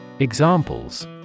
Examples